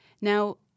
Now